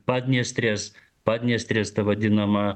padniestrės padniestrės ta vadinama